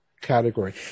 category